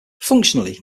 functionally